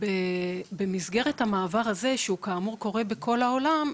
במסגרת המעבר הזה שכאמור, קורה בכל העולם.